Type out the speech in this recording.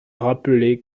rappelé